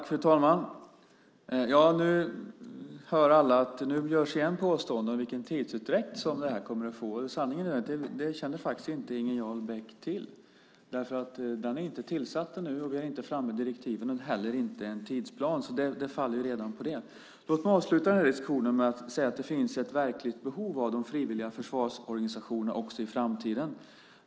Fru talman! Nu hör alla att det igen görs påståenden om vilken tidsutdräkt som det här kommer att ha. Sanningen är att Inger Jarl Beck inte känner till det, därför att utredningen är inte tillsatt ännu och direktiven är inte framme, inte heller en tidsplan. Det faller redan på det. Låt mig avsluta den här diskussionen med att säga att det finns ett verkligt behov av de frivilliga försvarsorganisationerna också i framtiden.